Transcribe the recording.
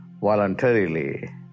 voluntarily